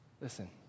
Listen